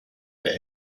their